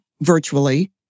virtually